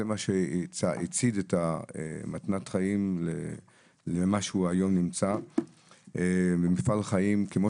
זה מה שהצית את מתנת חיים למה שהוא היום: מפעל חיים כמו